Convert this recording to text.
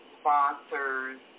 sponsors